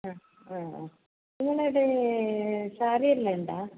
ആ ആ നിങ്ങടവിടെ സാരി എല്ലാം ഉണ്ടോ